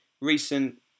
recent